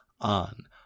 on